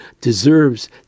deserves